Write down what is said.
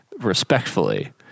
respectfully